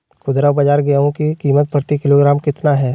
खुदरा बाजार गेंहू की कीमत प्रति किलोग्राम कितना है?